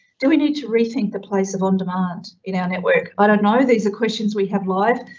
do we need to rethink the place of on demand in our network? i don't know, these are questions we have live,